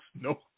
No